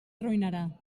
arruïnarà